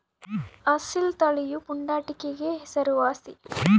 ಅಸೀಲ್ ತಳಿಯು ಪುಂಡಾಟಿಕೆಗೆ ಹೆಸರುವಾಸಿ